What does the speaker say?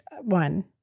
one